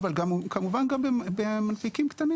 אבל כמובן גם במנפיקים קטנים